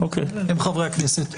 הם חברי הכנסת.